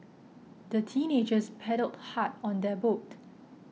the teenagers paddled hard on their boat